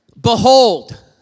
behold